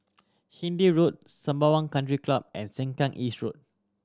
Hindhede Road Sembawang Country Club and Sengkang East Road